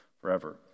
forever